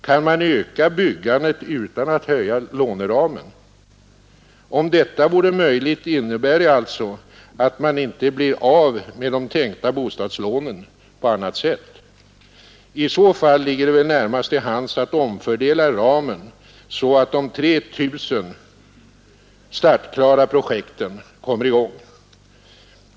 Kan man öka byggandet utan att vidga låneramen? Om detta vore möjligt innebär det alltså att man inte blir av med de tänkta bostadslånen på annat sätt. I så fall ligger det väl närmast till hands att omfördela ramen så att de 3 000 startklara projekten kommer i gång.